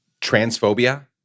transphobia